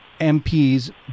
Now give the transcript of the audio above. MPs